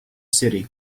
city